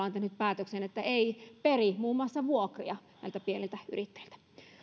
on tehnyt päätöksen että ei peri muun muassa vuokria näiltä pieniltä yrittäjiltä